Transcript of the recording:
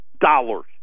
dollars